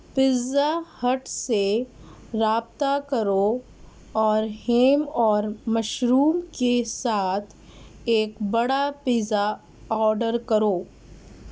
pizza Hut سے رابطہ کرو اور ہیم اور مشروم کے ساتھ ایک بڑا پیزا آڈر کرو